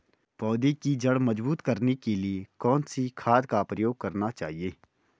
पौधें की जड़ मजबूत करने के लिए कौन सी खाद का प्रयोग करना चाहिए?